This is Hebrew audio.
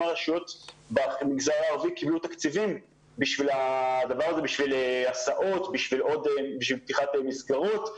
הרשויות במגזר הערבי קיבלו תקציבים להסעות ולפתיחת מסגרות.